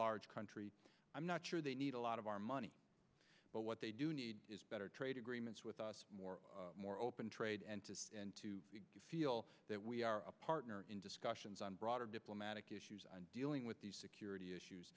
large country i'm not sure they need a lot of our money but what they do need is better trade agreements with us more more open trade and to feel that we are a partner in discussions on broader diplomatic issues dealing with the security issues